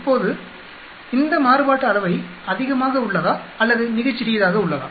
இப்போது இந்த மாறுபாட்டு அளவை அதிகமாக உள்ளதா அல்லது மிக சிறியதாக உள்ளதா